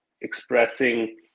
expressing